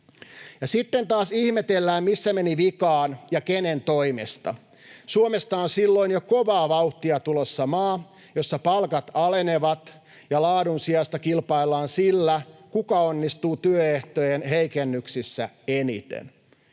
sitten taas ihmetellään, missä meni vikaan ja kenen toimesta. Suomesta on silloin jo kovaa vauhtia tulossa maa, jossa palkat alenevat ja laadun sijasta kilpaillaan sillä, kuka onnistuu työehtojen heikennyksissä eniten.